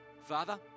Father